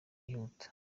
yihuta